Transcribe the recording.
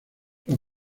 los